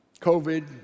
COVID